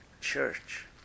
Church